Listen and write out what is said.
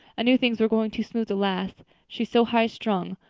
i knew things were going too smooth to last. she's so high strung.